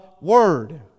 word